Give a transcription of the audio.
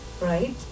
Right